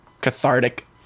cathartic